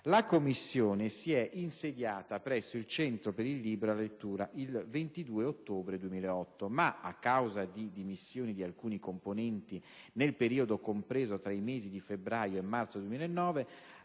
La commissione si è insediata presso il centro per il libro e la lettura il 22 ottobre 2008 ma, a causa delle dimissioni di alcuni componenti nel periodo compreso tra i mesi di febbraio e marzo del 2009,